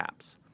apps